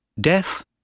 Death